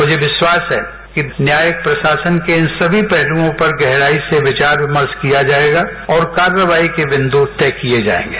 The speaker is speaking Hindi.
मुझे विश्वास है न्याय प्रशासन के सभी पहलूओं पर गहराई से विचार विमर्श किया जाएगा और कार्यवाही के बिंदु तय किए जाएंगे